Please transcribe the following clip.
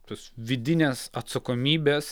tos vidinės atsakomybės